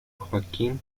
joaquim